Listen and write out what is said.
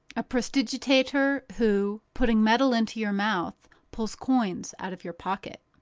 a prestidigitator who, putting metal into your mouth, pulls coins out of your pocket.